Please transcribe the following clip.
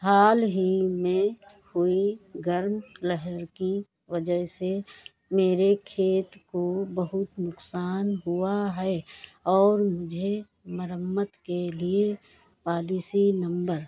हाल ही में हुई गरम लहर की वज़ह से मेरे खेत को बहुत नुकसान हुआ है और मुझे मरम्मत के लिए पॉलिसी नम्बर पाँच सात चार नौ आठ ज़ीरो सात दो छह एक दो पाँच के तहत बीमा दावा दायर करना होगा इसके अलावा क्या आप यह जानकारी दे सकते हैं की बीमा दावे के लिए कौन से दस्तावेज़ आवश्यक हैं